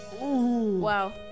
Wow